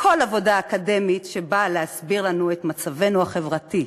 כל עבודה אקדמית שבאה להסביר לנו את מצבנו החברתי.